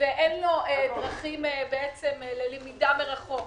ואין לו דרכים ללמידה מרחוק?